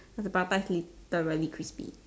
cause the prata literally crispy